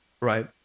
right